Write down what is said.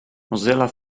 mozilla